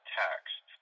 text